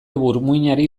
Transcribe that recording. burmuinari